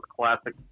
classic